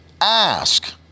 ask